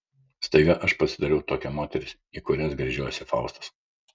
staiga aš pasidarau tokia moteris į kurias gręžiojasi faustas